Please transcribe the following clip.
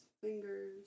fingers